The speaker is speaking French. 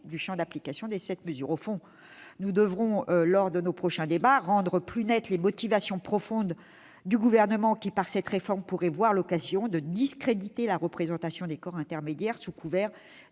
du champ d'application de cette mesure. Au fond, nous devrons, lors de nos prochains débats, rendre plus nettes les motivations profondes du Gouvernement, qui pourrait voir dans cette réforme une occasion de discréditer la représentation des corps intermédiaires, sous couvert